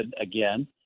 again